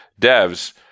devs